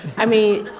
i mean,